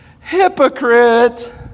Hypocrite